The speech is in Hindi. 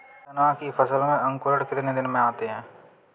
चना की फसल में अंकुरण कितने दिन में आते हैं?